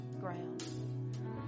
ground